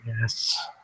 Yes